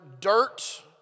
dirt